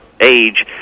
age